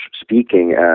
speaking